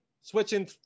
switching